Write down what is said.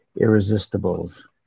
Irresistibles